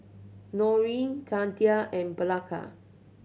Noreen Gertha and Blanca